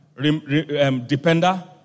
depender